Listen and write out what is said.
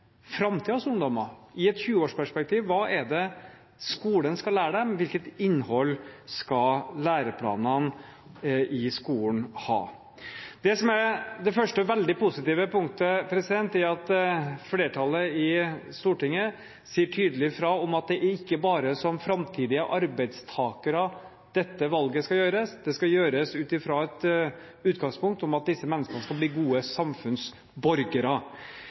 ungdommer? I et 20-årsperspektiv – hva skal skolen lære dem? Hvilket innhold skal læreplanene i skolen ha? Det første veldig positive punktet er at flertallet i Stortinget sier tydelig fra om at det er ikke bare for framtidige arbeidstakere at dette valget skal gjøres – det skal gjøres ut fra et utgangspunkt om at disse menneskene blir gode samfunnsborgere.